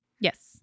Yes